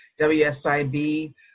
WSIB